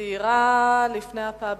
וסיירה לפני הפאבים,